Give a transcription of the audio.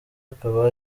akaba